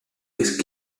his